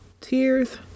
Tears